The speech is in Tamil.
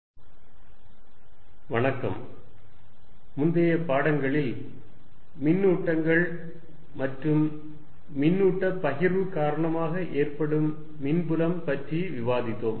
மின்னூட்டம் பகிர்வு மூலம் ஏற்படும் மின்புலம் முந்தைய பாடங்களில் மின்னூட்டங்கள் மற்றும் மின்னூட்ட பகிர்வு காரணமாக ஏற்படும் மின்புலம் பற்றி விவாதித்தோம்